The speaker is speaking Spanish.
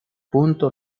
punto